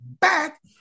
back